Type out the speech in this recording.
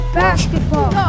basketball